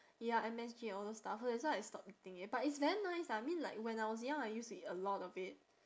ya M_S_G and all those stuff so that's why I stopped eating it but it's very nice lah I mean like when I was young I used to eat a lot of it